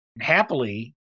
happily